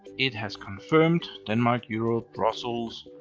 it has confirmed, denmark, europe, brussels.